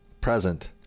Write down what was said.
present